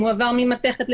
אתה יכול לבוא לבקר אותי.